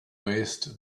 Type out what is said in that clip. waste